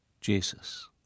Jesus